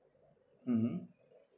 mmhmm